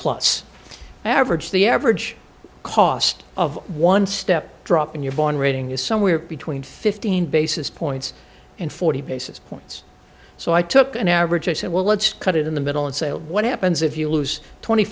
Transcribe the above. plus average the average cost of one step drop in your bond rating is somewhere between fifteen basis points and forty basis points so i took an average i said well let's cut it in the middle and say what happens if you lose twenty